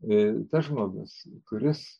tas žmogus kuris